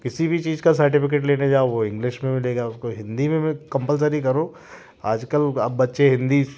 किसी भी चीज का सर्टिफिकेट लेने जाओ वो इंग्लिश में मिलेगा उसको हिंदी में भी कम्पलसरी करो आजकल अब बच्चे हिंदी